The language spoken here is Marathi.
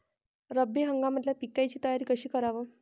रब्बी हंगामातल्या पिकाइची तयारी कशी कराव?